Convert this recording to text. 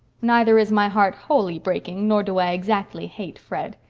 neither is my heart wholly breaking nor do i exactly hate fred.